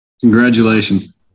congratulations